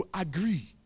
agree